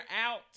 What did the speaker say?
out